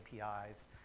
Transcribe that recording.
APIs